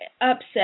upset